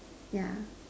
yeah